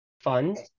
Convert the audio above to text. funds